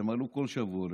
הם עלו כל שבוע לכאן.